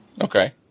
Okay